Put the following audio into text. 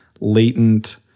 latent